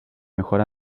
mejor